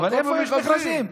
איפה יש מכרזים?